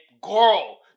girl